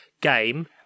game